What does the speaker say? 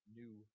new